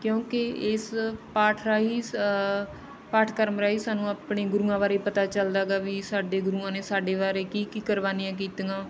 ਕਿਉਂਕਿ ਇਸ ਪਾਠ ਰਾਹੀਂ ਪਾਠਕ੍ਰਮ ਰਾਹੀਂ ਸਾਨੂੰ ਆਪਣੇ ਗੁਰੂਆਂ ਬਾਰੇ ਪਤਾ ਚਲਦਾ ਹੈਗਾ ਵੀ ਸਾਡੇ ਗੁਰੂਆਂ ਨੇ ਸਾਡੇ ਬਾਰੇ ਕੀ ਕੀ ਕੁਰਬਾਨੀਆਂ ਕੀਤੀਆਂ